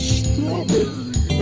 strawberry